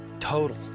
total,